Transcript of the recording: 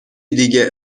دیگه